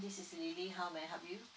this is lily how may I help you